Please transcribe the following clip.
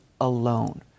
alone